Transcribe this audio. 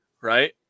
right